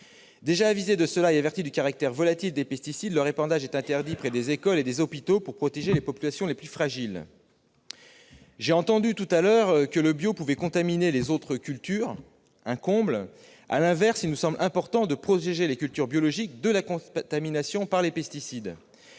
tenu de cela et du caractère volatile des pesticides, leur épandage est déjà interdit près des écoles et des hôpitaux, pour protéger les populations les plus fragiles. J'ai entendu tout à l'heure affirmer que les cultures bio pouvaient contaminer les autres : un comble ! Il nous semble important,, de protéger les cultures biologiques de la contamination par les pesticides.